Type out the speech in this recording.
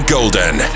Golden